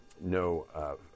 no